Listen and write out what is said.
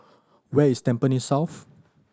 where is Tampines South